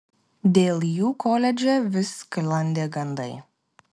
dėl jų koledže vis sklandė gandai